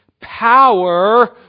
power